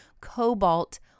cobalt